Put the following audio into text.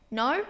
no